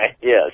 Yes